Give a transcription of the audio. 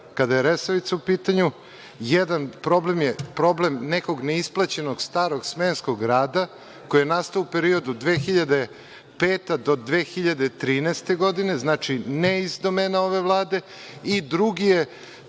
kada je „Resavica“ u pitanju. Jedan je problem nekog neisplaćenog starom smenskog rada koji je nastao u periodu 2005.-2013. godine, znači ne iz domena ove Vlade. Drugi je